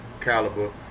Caliber